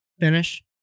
finish